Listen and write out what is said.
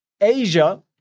Asia